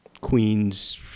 Queens